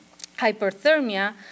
hyperthermia